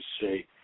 say